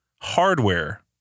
hardware